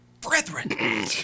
brethren